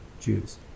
Jews